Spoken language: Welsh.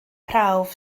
prawf